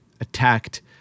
attacked